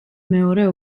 მეორე